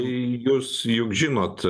jūs juk žinot